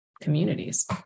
communities